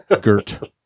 Gert